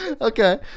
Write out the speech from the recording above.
Okay